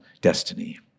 destiny